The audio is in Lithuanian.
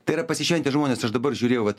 tai yra pasišventę žmonės aš dabar žiūrėjau vat